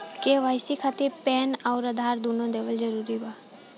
KYC खातिर PAN आउर आधार दुनों देवल जरूरी बा?